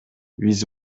биз